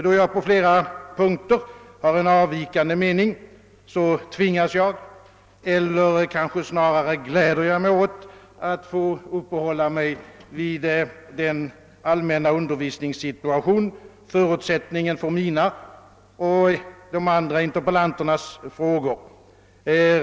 Då jag på flera punkter har en avvikande mening, tvingas jag eller gläder mig kanske snarare åt att relativt utförligt få uppehålla mig vid den allmänna undervisningssituationen, som är förutsättningen för mina och de andra interpellanternas frågor.